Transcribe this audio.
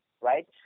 right